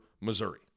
Missouri